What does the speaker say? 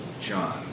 John